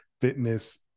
fitness